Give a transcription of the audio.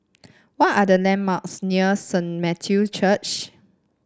what are the landmarks near Saint Matthew Church